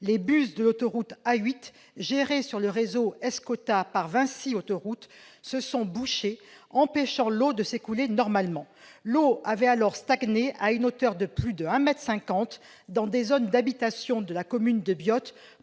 les buses de l'autoroute A8, gérée sur le réseau Escota par Vinci Autoroutes, se sont bouchées, empêchant l'eau de s'écouler normalement. L'eau a alors stagné à une hauteur de plus de 1,50 mètre, pendant plus d'une heure, dans des zones d'habitation de la commune de Biot.